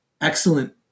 excellent